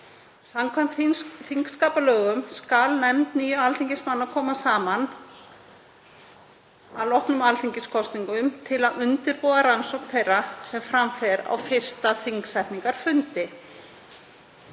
Samkvæmt þingskapalögum skal nefnd níu alþingismanna koma saman að loknum alþingiskosningum til að undirbúa rannsókn þeirra sem fram fer á fyrsta þingsetningarfundi.